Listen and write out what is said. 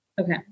Okay